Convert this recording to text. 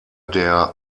der